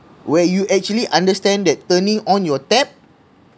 where you actually understand that turning on your tap